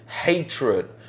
hatred